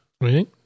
Right